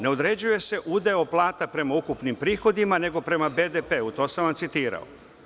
Ne određuje se udeo plata prema ukupnim prihodima, nego prema BDP-u, to sam vam citirao.